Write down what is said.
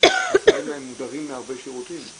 מודרים מהרבה שירותים.